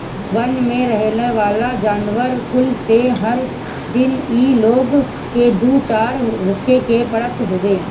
वन में रहेवाला जानवर कुल से हर दिन इ लोग के दू चार होखे के पड़त हवे